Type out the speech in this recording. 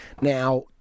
Now